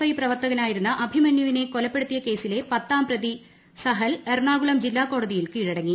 I പ്രവർത്തകനായിരുന്ന അഭിമന്യുവിനെ കൊലപ്പെടുത്തിയ കേസിലെ പത്താം പ്രതി സഹൽ എറണാകുളം ജില്ലാ സെഷൻസ് കോടതിയിൽ കീഴടങ്ങി